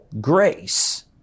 grace